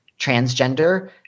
transgender